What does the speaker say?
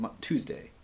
Tuesday